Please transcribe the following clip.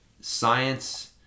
science